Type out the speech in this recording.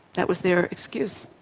that was their excuse.